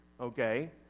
okay